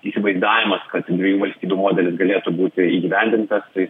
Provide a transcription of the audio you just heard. įsivaizdavimas kad dviejų valstybių modelis galėtų būti įgyvendintas tai